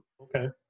Okay